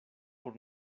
por